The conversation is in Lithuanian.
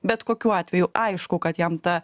bet kokiu atveju aišku kad jam ta